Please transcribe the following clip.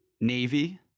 Navy